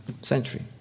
century